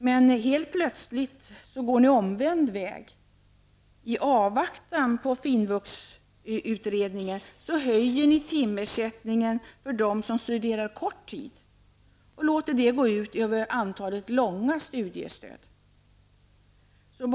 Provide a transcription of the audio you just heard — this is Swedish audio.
Men helt plötsligt går ni omvänd väg. I avvaktan på finvuxutredningen höjer ni timersättningen för dem som studerar kort tid och låter det gå ut över antalet långa studiestöd.